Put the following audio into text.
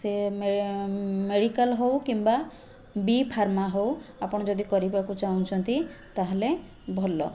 ସେ ମେ ମେଡ଼ିକାଲ ହେଉ କିମ୍ବା ବି ଫର୍ମା ହେଉ ଆପଣ ଯଦି କରିବାକୁ ଚାହୁଁଛନ୍ତି ତାହାଲେ ଭଲ